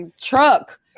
truck